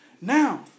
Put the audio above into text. Now